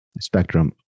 spectrum